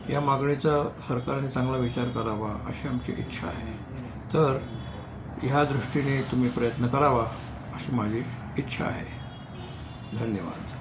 या मागणीचा सरकाराने चांगला विचार करावा अशी आमची इच्छा आहे तर ह्या दृष्टीने तुम्ही प्रयत्न करावा अशी माझी इच्छा आहे धन्यवाद